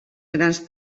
grans